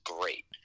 great